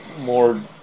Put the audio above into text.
more